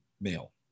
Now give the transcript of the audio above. male